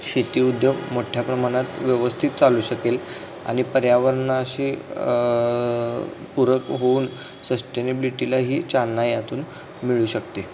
शेती उद्योग मोठ्ठ्या प्रमाणात व्यवस्थित चालू शकेल आणि पर्यावरणाशी पूरक होऊन सस्टेनेबिलिटीलाही चालना यातून मिळू शकते